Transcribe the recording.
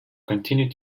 continued